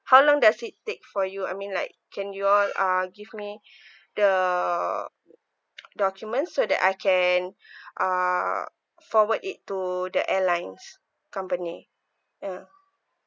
how long does it take for you I mean like can you all uh give me the documents so that I can uh forward it to the airlines company ya